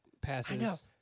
passes